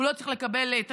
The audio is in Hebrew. הוא לא צריך לקבל תשתיות,